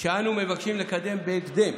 שאנו מבקשים לקדם בהקדם,